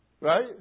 Right